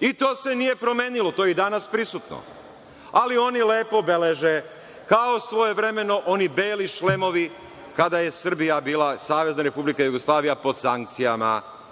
i to se nije promenilo, to je i danas prisutno. Ali, oni lepo beleže, kao svojevremeno oni beli šlemovi kada je Srbija bila Savezna Republika Jugoslavija pod sankcijama.